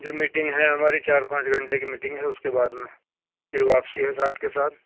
جو میٹنگ ہے ہماری چار پانچ گھنٹے کی میٹنگ ہے اس کے بعد میں پھر واپسی ہے ساتھ کے ساتھ